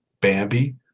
Bambi